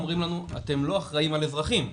אתם לא אחראים על אזרחים,